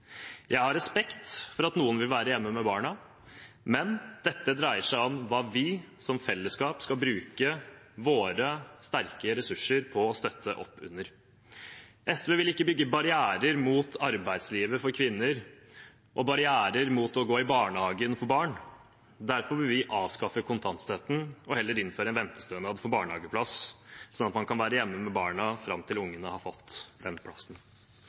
Jeg har respekt for at noen vil være hjemme med barna, men dette dreier seg om hva vi som fellesskap skal bruke våre sterke ressurser på å støtte opp under. SV vil ikke bygge barrierer mot arbeidslivet for kvinner og barrierer mot å gå i barnehagen for barn. Derfor vil vi avskaffe kontantstøtten og heller innføre en ventestønad for barnehageplass, sånn at man kan være hjemme med barna fram til ungene har fått den plassen.